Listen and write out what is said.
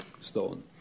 stone